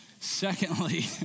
Secondly